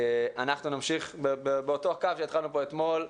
אנחנו נמשיך באותו הקו שהתחלנו בו אתמול,